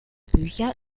bücher